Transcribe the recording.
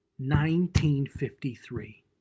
1953